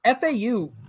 FAU